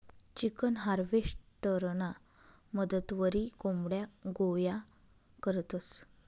chicken हार्वेस्टरना मदतवरी कोंबड्या गोया करतंस